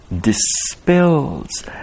dispels